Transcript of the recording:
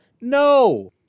No